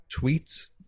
tweets